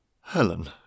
Helen